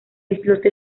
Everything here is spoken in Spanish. islote